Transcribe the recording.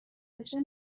بشه